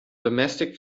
domestic